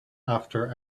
after